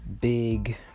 big